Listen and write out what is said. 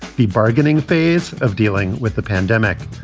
the bargaining phase of dealing with the pandemic.